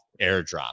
airdrop